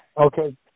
Okay